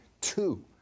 two